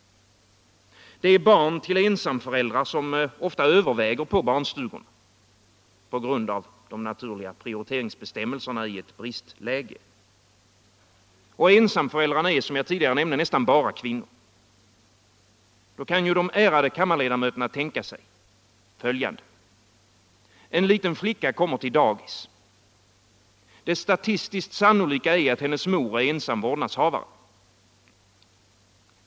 Det är barn till ensamföräldrar, som ofta dominerar på barnstugorna på grund av de naturliga prioriteringsbestämmelserna i ett bristläge. Ensamföräldrarna är, som jag tidigare nämnt, nästan bara kvinnor. Då kan de ärade kammarledamöterna tänka sig följande. En liten flicka kommer till dagis. Det statistiskt sannolika är att hennes mor är ensam vårdnadshavare.